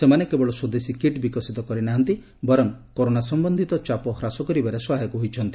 ସେମାନେ କେବଳ ସ୍ୱଦେଶୀ କିଟ୍ ବିକଶିତ କରିନାହାଁନ୍ତି କରୋନା ସମ୍ବନ୍ଧିତ ଚାପ ହ୍ରାସ କରିବାରେ ସହାୟକ ହୋଇଛନ୍ତି